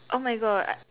oh my god